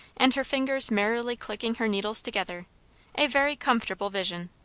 and her fingers merrily clicking her needles together a very comfortable vision.